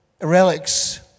relics